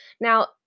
Now